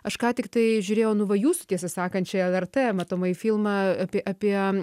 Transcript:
aš ką tiktai žiūrėjau nu va jūsų tiesą sakant čia lrt matomai filmą apie apie